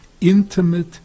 intimate